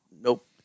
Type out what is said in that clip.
Nope